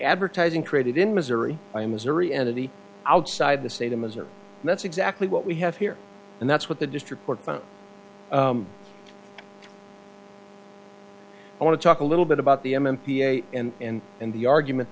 advertising created in missouri by missouri entity outside the state of missouri and that's exactly what we have here and that's what the district court found i want to talk a little bit about the m p a and and the argument